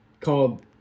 Called